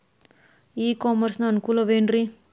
E commerce ನ ಅನುಕೂಲವೇನ್ರೇ?